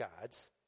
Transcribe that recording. gods